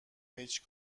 هیچ